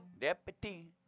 Deputy